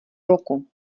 roku